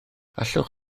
allwch